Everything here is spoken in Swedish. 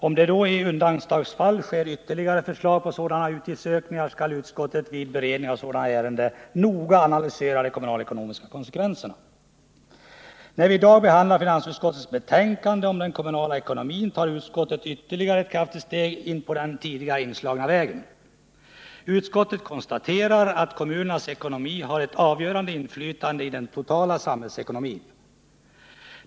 Om det i undantagsfall läggs fram ytterligare förslag till sådana utgiftsökningar skall utskottet, vid beredning av sådana ärenden, noga analysera de kommunalekonomiska konsekvenserna. När vi i dag behandlar finansutskottets betänkande om den kommunala ekonomin tar utskottet ytterligare ett stort steg på den tidigare inslagna vägen. Utskottet konstaterar att kommunernas ekonomi har ett avgörande inflytande på den totala samhällsekonomin.